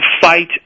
fight